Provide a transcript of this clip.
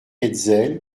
hetzel